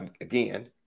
Again